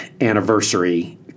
anniversary